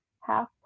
half